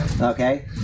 okay